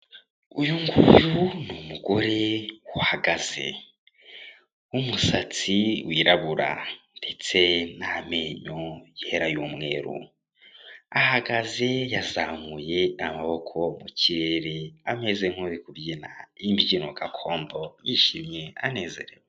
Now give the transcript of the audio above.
Uyu nguyu ni umugore uhagaze w'umusatsi wirabura ndetse n'amenyo yera y'umweru. Ahagaze yazamuye amaboko mu kirere ameze nk'uri kubyina imbyino gakondo yishimye anezerewe.